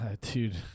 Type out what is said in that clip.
Dude